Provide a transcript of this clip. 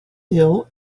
ill